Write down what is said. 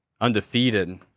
Undefeated